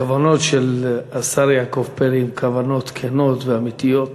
שהכוונות של השר יעקב פרי הן כוונות כנות ואמיתיות.